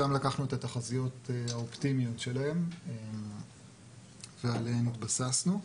משם לקחנו את התחזיות האופטימיות שלהן ועליהן התבססנו.